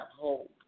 hold